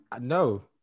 no